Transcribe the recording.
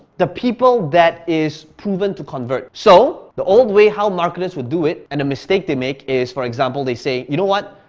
the people that is proven to convert. so the old way, how marketers would do it and a mistake they make is, for example, they say, you know what?